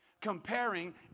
Comparing